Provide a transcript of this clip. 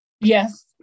Yes